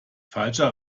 falscher